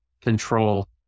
control